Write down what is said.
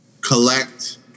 collect